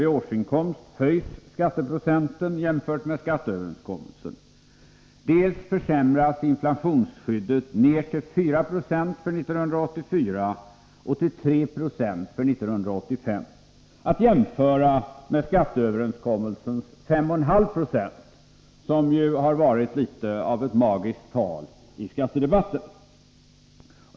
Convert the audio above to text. i årsinkomst höjs skatteprocenten jämfört med skatteöverenskommelsen, dels försämras inflationsskyddet ner till 4 90 för 1984 och till 3 96 för 1985. Detta är att jämföra med skatteöverenskommelsens 5,5 Yo, som ju varit litet av ett magiskt tal i skattedebatten.